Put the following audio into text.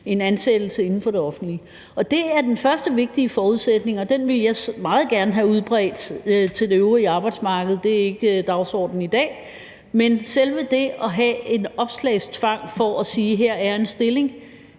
ansatte inden for det offentlige. Det er den første vigtige forudsætning, og den vil jeg meget gerne have udbredt til det øvrige arbejdsmarked, men det er ikke på dagsordenen i dag. Men selve det at have en opslagstvang for at sige, at her er der en ledig